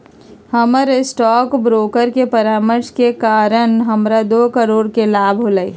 हमर stock broker के परामर्श के कारण हमरा दो करोड़ के लाभ होलय